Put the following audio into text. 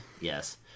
Yes